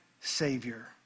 Savior